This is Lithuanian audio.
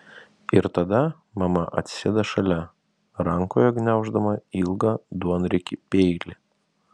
ir tada mama atsisėda šalia rankoje gniauždama ilgą duonriekį peilį